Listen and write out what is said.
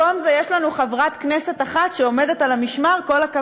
הכי משמים שהיה.